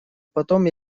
потом